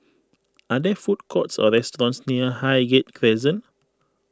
are there food courts or restaurants near Highgate Crescent